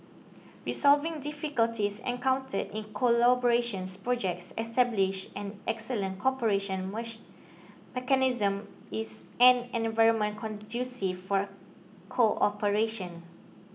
resolving difficulties encountered in collaborations projects establish an excellent cooperation mechanism is an environment conducive for cooperation